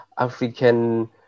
African